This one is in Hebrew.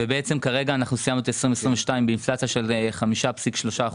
וסיימנו את 2022 באינפלציה של 5.3%,